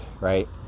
right